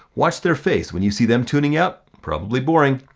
watch their face, when you see them tuning out, probably boring,